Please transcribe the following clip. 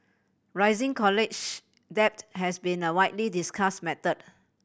rising college debt has been a widely discussed matter